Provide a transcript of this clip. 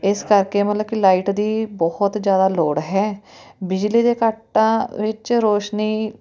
ਇਸ ਕਰਕੇ ਮਤਲਬ ਕਿ ਲਾਈਟ ਦੀ ਬਹੁਤ ਜ਼ਿਆਦਾ ਲੋੜ ਹੈ ਬਿਜਲੀ ਦੇ ਕੱਟਾਂ ਵਿੱਚ ਰੋਸ਼ਨੀ